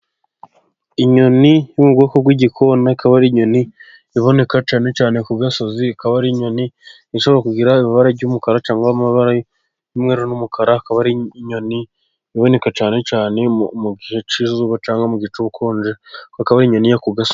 Inyoni yo mu bwoko bw'igikona ,akaba ari inyoni iboneka cyane cyane ku gasozi ,ikaba ari inyoni . Ntishobora kugira ibara ry'umukara cyane amabara y'umweru n'umukara ,akaba ari inyoni iboneka cyane cyane mu gihe cy'izuba cyangwa mu gihe cy' ubukonje ,akaba inyoni iba ku gasozi.